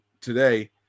today